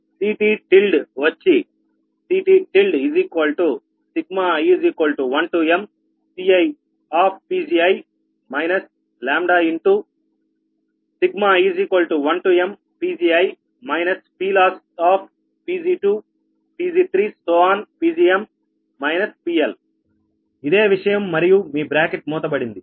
C T tilde వచ్చి CTi1mCiPgi λi1mPgi PLossPg2Pg3Pgm PL ఇదే విషయం మరియు మీ బ్రాకెట్ మూతబడింది